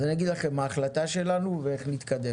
אז אני אגיד לכם מה ההחלטה שלנו ואיך נתקדם.